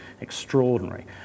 extraordinary